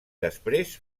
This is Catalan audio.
després